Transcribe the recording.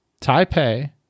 Taipei